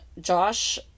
Josh